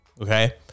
Okay